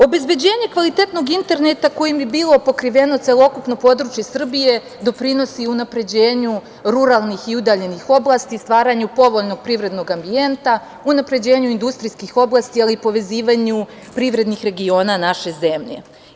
Obezbeđenje kvalitetnog interneta kojim bi bilo pokriveno celokupno područje Srbije doprinosi i unapređenju ruralnih i udaljenih oblasti, stvaranju povoljnog privredno ambijenta, unapređenju industrijskih oblasti, ali i povezivanju privrednih regiona naše zemlje.